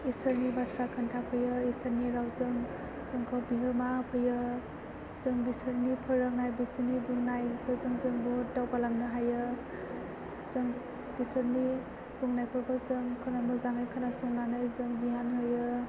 इसोरनि बाथ्रा खिन्थाफैयो इसोरनि रावजों जोंखौ बिहोमा होफैयो जों बिसोरनि फोरोंनाय बिसोरनि बुंनायखौ जों बुहुथ दावगालांनो हायो जों बिसोरनि बुंनायफोरखौ जों मोजाङै खोनासंनानै जों गियान होयो